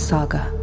Saga